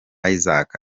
isaac